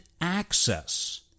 access